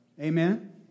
Amen